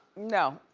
no,